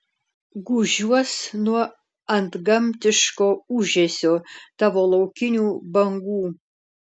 gūžiuos nuo antgamtiško ūžesio tavo laukinių bangų